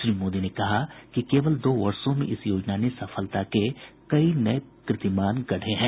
श्री मोदी ने कहा कि केवल दो वर्षो में इस योजना ने सफलता के कई नये कीर्तिमान गढ़े हैं